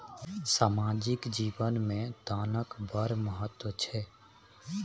सामाजिक जीवन मे दानक बड़ महत्व छै